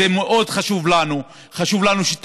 יש לנו הרבה מה לתת, יש לנו הרבה דברים מיוחדים.